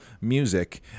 music